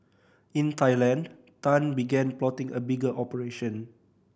in Thailand Tan began plotting a bigger operation